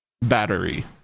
battery